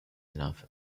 enough